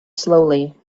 slowly